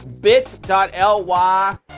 bit.ly